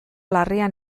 larria